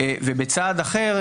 בצעד אחר,